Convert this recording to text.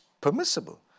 permissible